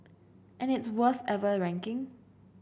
and its worst ever ranking